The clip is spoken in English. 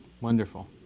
Wonderful